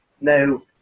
No